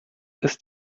ist